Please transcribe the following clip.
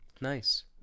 Nice